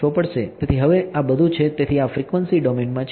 તેથી હવે આ બધું છે તેથી આ ફ્રીક્વન્સી ડોમેનમાં છે